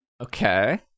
Okay